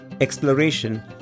exploration